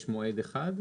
יש מועד אחד?